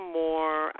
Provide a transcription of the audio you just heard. more